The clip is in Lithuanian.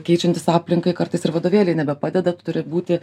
keičiantis aplinkai kartais ir vadovėliai nebepadeda tu turi būti